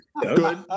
good